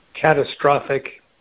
catastrophic